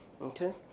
Okay